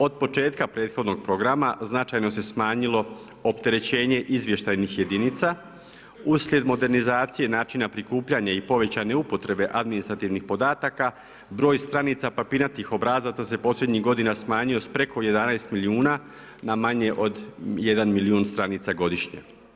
Od početka prethodnog programa značajno se smanjilo opterećenje izvještajnih jedinica, uslijed modernizacije načina prikupljanja i povećane upotrebe administrativnih podataka, broj stranica papirnatih obrazaca se posljednjih godina smanjio s preko 11 milijuna na manje od 1 milijun stranica godišnje.